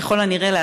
ככל הנראה,